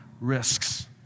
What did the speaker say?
risks